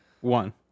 One